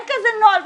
אין בהמשך.